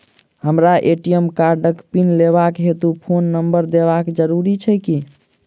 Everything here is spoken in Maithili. हमरा ए.टी.एम कार्डक पिन लेबाक हेतु फोन नम्बर देबाक जरूरी छै की?